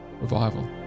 revival